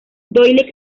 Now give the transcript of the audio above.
doyle